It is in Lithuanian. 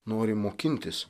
nori mokintis